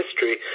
history